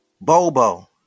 Bobo